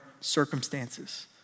circumstances